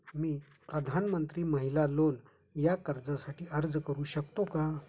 मी प्रधानमंत्री महिला लोन या कर्जासाठी अर्ज करू शकतो का?